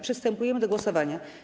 Przystępujemy do głosowania.